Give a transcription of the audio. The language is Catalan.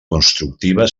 constructiva